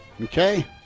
Okay